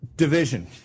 division